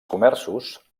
comerços